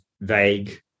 vague